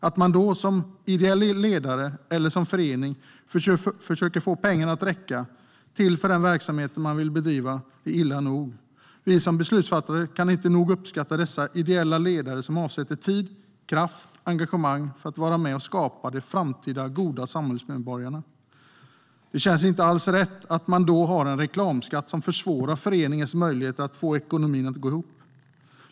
Att man då som ideell ledare eller som förening försöker få pengarna att räcka till för den verksamheten man vill bedriva är illa nog. Vi som beslutsfattare kan inte nog uppskatta dessa ideella ledare som avsätter tid, kraft och engagemang för att vara med och skapa de framtida goda samhällsmedborgarna. Det känns inte alls rätt att man då har en reklamskatt som försvårar föreningens möjligheter att få ekonomin att gå ihop.